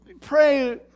pray